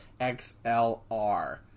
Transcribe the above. XLR